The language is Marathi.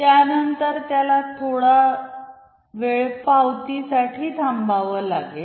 त्यानंतर त्याला थोडा वेळ पोचपावती साठी थांबावं लागेल